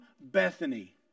Bethany